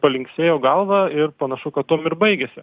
palinksėjo galvą ir panašu kad tuom ir baigėsi